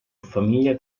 famiglia